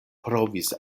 provis